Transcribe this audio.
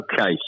Okay